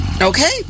Okay